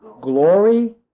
Glory